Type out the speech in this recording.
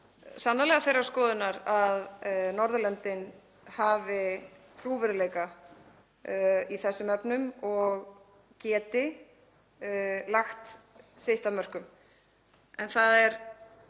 sannarlega þeirrar skoðunar að Norðurlöndin hafi trúverðugleika í þessum efnum og geti lagt sitt af mörkum. En það er